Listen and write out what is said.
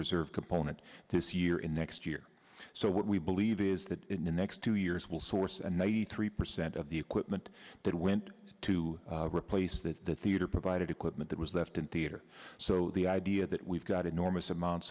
reserve component this year next year so what we believe is that in the next two years we'll source a ninety three percent of the equipment that went to replace the theater provided equipment that was left in theater so the idea that we've got enormous amounts